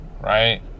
right